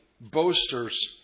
boasters